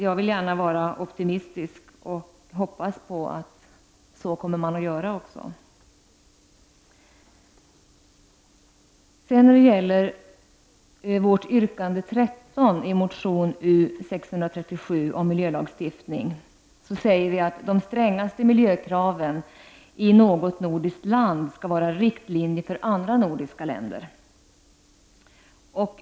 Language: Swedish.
Jag vill gärna vara optimistisk och hoppas på att så kommer man att göra också. I yrkande 13 i vår motion U637 om miljölagstiftning säger vi att de strängaste miljökraven i något nordiskt land skall vara riktlinje för andra nordiska länder.